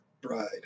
bride